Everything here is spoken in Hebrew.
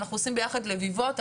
אנחנו עושים ביחד לביבות.